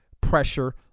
pressure